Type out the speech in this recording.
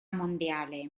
mondiale